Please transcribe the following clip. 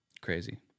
crazy